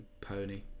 Pony